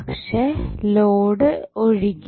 പക്ഷേ ലോഡ് ഒഴികെ